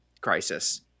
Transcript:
crisis